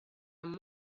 amb